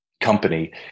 company